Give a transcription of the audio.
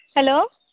hello